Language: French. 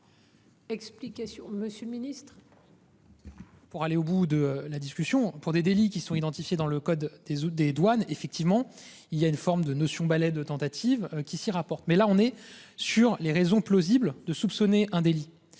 Explications. Monsieur le ministre. Pour aller au bout de la discussion pour des délits qui sont identifiés dans le code des ou des douanes, effectivement il y a une forme de notions ballet de tentative qui s'y rapportent, mais là on est sur les raisons plausibles de soupçonner un délit.